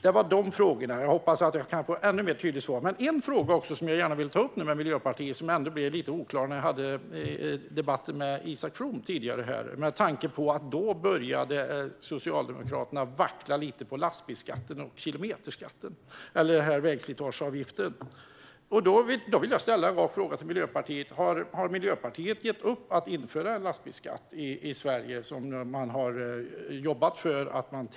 Jag hoppas att jag kan få ännu tydligare svar på de frågorna. En annan sak som jag gärna vill ta upp med Miljöpartiet gäller något som blev lite oklart i min debatt med Isak From tidigare. Socialdemokraterna började då vackla lite i fråga om lastbilsskatten och vägslitageavgiften. Har Miljöpartiet gett upp om att införa en lastbilsskatt i Sverige, som ni har jobbat för?